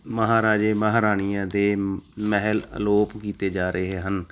ਮਹਾਰਾਜੇ ਮਹਾਰਾਣੀਆਂ ਦੇ ਮਹਿਲ ਅਲੋਪ ਕੀਤੇ ਜਾ ਰਹੇ ਹਨ